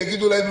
יגידו להם,